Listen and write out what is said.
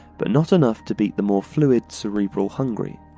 but not enough to beat the more fluid, cerebral hungary.